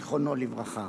זיכרונו לברכה.